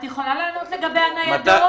את יכולה לענות לגבי הניידות?